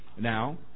Now